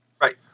Right